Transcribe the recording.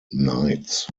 knights